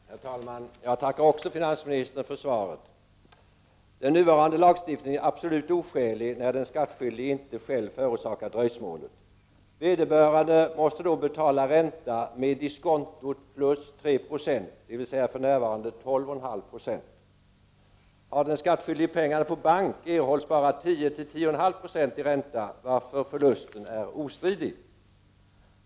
Herr talman! Även jag tackar finansministern för svaret. Den nuvarande lagstiftningen är absolut oskälig i de fall den skattskyldige inte själv förorsakar dröjsmålet. Vederbörande måste då själv betala ränta med diskonto plus 390, dvs. för närvarande 12,5 20. Har den skattskyldige pengarna på bank erhålls bara 10-10,5 26 i ränta, varför förlusten är ostridig.